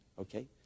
okay